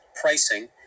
pricing